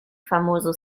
famoso